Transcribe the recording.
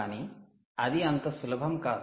కానీ అది అంత సులభం కాదు